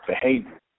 behavior